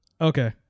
Okay